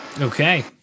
Okay